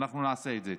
אנחנו נעשה את זה.